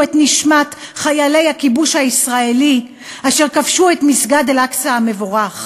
את נשמת חיילי הכיבוש הישראלי אשר כבשו את מסגד אל-אקצא המבורך.